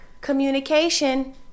communication